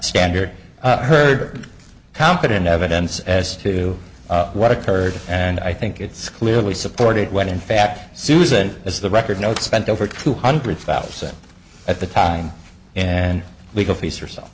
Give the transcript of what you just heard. standard heard competent evidence as to what occurred and i think it's clearly supported when in fact susan as the record notes spent over two hundred thousand at the time and legal fees